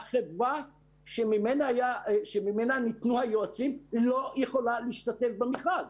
החברה ממנה ניתנו יועצים לא יכולה להשתתף במכרז.